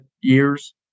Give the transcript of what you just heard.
years